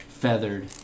Feathered